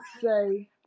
say